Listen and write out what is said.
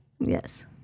Yes